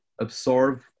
absorb